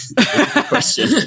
Question